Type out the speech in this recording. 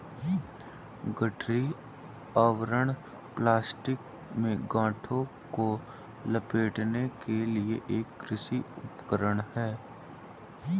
गठरी आवरण प्लास्टिक में गांठों को लपेटने के लिए एक कृषि उपकरण है